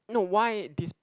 no why this